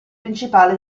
principale